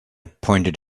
pointed